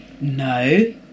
no